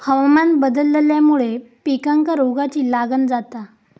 हवामान बदलल्यामुळे पिकांका रोगाची लागण जाता